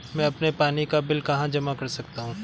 मैं अपने पानी का बिल कहाँ जमा कर सकता हूँ?